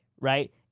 right